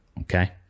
Okay